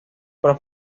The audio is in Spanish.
para